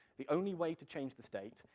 the only way to change the state,